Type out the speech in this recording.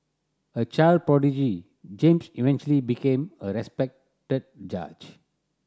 a child prodigy James eventually became a respected judge